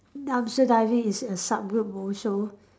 dumpster diving is a sub group also